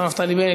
השר נפתלי בנט,